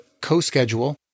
CoSchedule